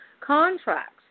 Contracts